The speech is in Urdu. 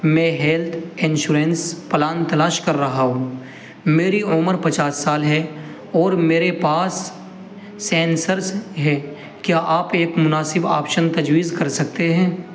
میں ہیلتھ انشورنس پلان تلاش کر رہا ہوں میری عمر پچاس سال ہے اور میرے پاس سینسرس ہے کیا آپ ایک مناسب آپشن تجویز کر سکتے ہیں